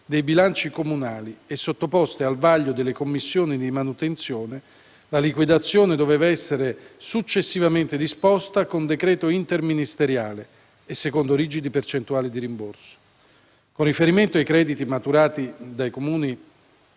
dei bilanci comunali e sottoposte al vaglio delle commissioni di manutenzione, la liquidazione doveva essere successivamente disposta con decreto interministeriale e secondo rigide percentuali di rimborso. Con riferimento ai crediti maturati dai Comuni